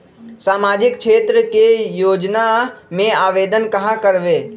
सामाजिक क्षेत्र के योजना में आवेदन कहाँ करवे?